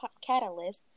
catalyst